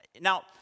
Now